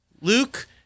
Luke